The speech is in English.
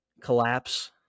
collapse